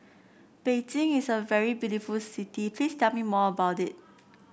Beijing is a very beautiful city Please tell me more about it